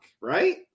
right